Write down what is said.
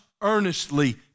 earnestly